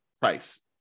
price